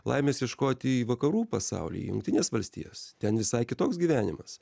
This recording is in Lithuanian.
laimės ieškoti į vakarų pasaulį į jungtines valstijas ten visai kitoks gyvenimas